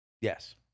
Yes